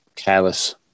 careless